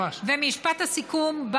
משפט סיכום.